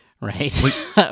Right